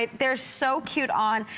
they are so cute on.